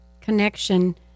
connection